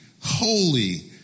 holy